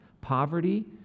poverty